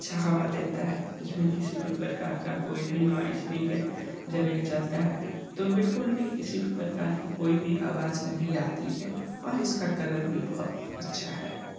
अच्छा हवा देता है इसमें किसी प्रकार का कोई भी नॉइज़ नहीं है जब यह चलता है तो बिल्कुल भी किसी भी प्रकार की कोई भी आवाज़ नहीं आती है और इसका कलर भी बहुत अच्छा है